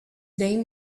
name